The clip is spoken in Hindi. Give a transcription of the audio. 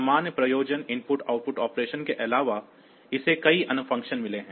सामान्य प्रयोजन इनपुट आउटपुट ऑपरेशन के अलावा इसे कई अन्य फ़ंक्शन मिले हैं